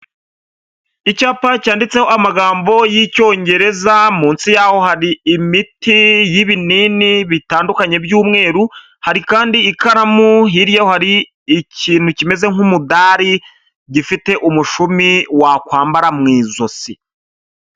Icyapa cyanditseho amagambo y'icyongereza, munsi yaho hari imiti y'ibinini bitandukanye by'umweru, hari kandi ikaramu hirya yaho hari ikintu kimeze nk'umudari, gifite umushumi wakwambara mu ijosi.